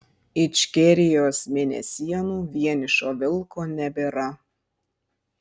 ičkerijos mėnesienų vienišo vilko nebėra